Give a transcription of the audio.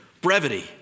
brevity